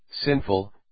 sinful